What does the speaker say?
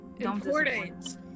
important